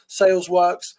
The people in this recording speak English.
SalesWorks